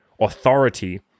authority